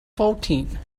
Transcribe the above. fourteen